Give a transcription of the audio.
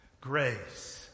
Grace